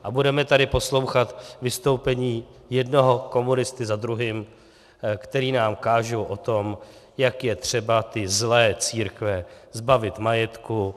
A budeme tady poslouchat vystoupení jednoho komunisty za druhým, kteří nám kážou o tom, jak je třeba ty zlé církve zbavit majetku.